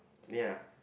ya